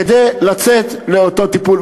כדי לצאת לאותו טיפול.